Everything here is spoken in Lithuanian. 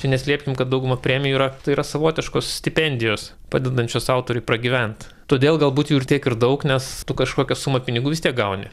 neslėpkim kad dauguma premijų yra tai yra savotiškos stipendijos padedančios autoriui pragyvent todėl galbūt jų tiek ir daug nes tu kažkokią sumą pinigų vis tiek gauni